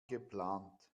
geplant